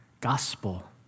gospel